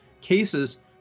cases